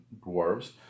dwarves